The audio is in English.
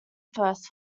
first